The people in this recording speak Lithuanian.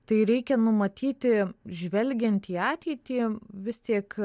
tai reikia numatyti žvelgiant į ateitį vis tik